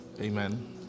Amen